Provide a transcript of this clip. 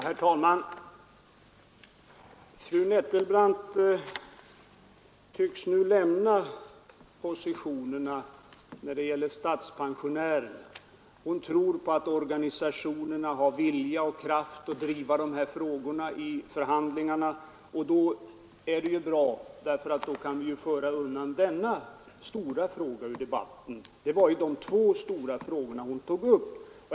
Herr talman! Fru Nettelbrandt tycks nu lämna positionerna när det gäller statspensionärerna. Hon tror på att organisationerna har vilja och kraft att driva dessa frågor i förhandlingar. Det är bra, då kan vi föra undan denna stora fråga ur debatten. Det var ju dessa två stora frågor fru Nettelbrandt tog upp.